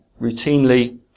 Routinely